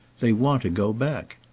they want to go back.